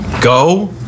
Go